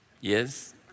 Yes